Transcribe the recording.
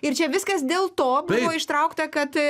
ir čia viskas dėl to buvo ištraukta kad